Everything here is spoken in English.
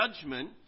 judgment